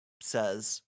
says